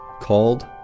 called